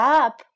up